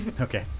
Okay